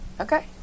Okay